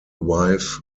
wife